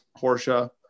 porsche